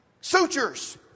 Sutures